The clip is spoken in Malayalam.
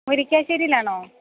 മുരിക്കശ്ശേരിയിലാണോ